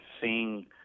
seeing